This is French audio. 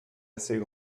assez